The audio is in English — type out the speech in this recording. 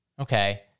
Okay